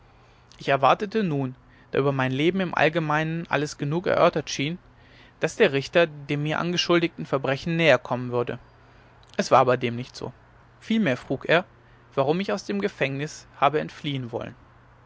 ich erwartete nun da über mein leben im allgemeinen alles genug erörtert schien daß der richter dem mir angeschuldigten verbrechen näherkommen würde es war aber dem nicht so vielmehr frug er warum ich habe aus dem gefängnis entfliehen wollen